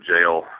jail